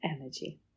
energy